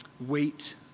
Wait